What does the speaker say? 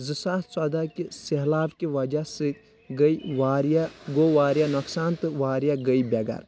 زٕ ساس ژۄدہ کہِ سیٚہلاب کہِ وجہ سۭتۍ گٔے واریاہ گوٚو واریاہ نۄقصان تہٕ واریاہ گٔے بےٚ گَر